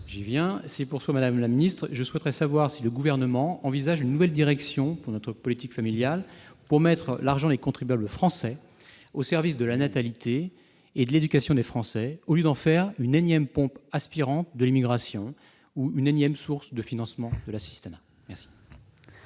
du pays. Il faut conclure ! Madame la ministre, le Gouvernement envisage-t-il une nouvelle direction pour notre politique familiale, afin de mettre l'argent des contribuables français au service de la natalité et de l'éducation des Français, au lieu d'en faire une énième pompe aspirante de l'immigration ou une énième source de financement de l'assistanat ?